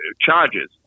charges